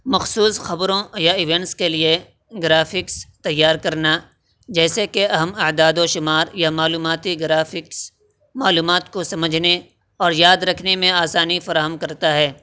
مخصوص خبروں یا ایوینٹس کے لیے گرافکس تیار کرنا جیسے کہ اہم اعداد و شمار یا معلوماتی گرافکس معلومات کو سمجھنے اور یاد رکھنے میں آسانی فراہم کرتا ہے